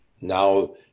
Now